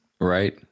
Right